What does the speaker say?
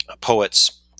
poets